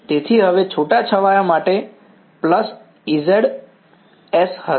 તેથી હવે છૂટાછવાયા માટે પ્લસ Ez s હશે